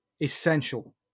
essential